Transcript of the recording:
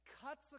cuts